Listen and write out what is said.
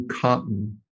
cotton